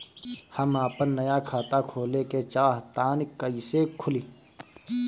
हम आपन नया खाता खोले के चाह तानि कइसे खुलि?